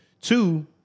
Two